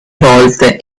volte